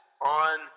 on